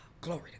glory